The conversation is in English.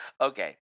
okay